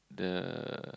the